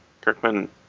Kirkman